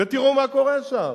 ותראו מה קורה שם.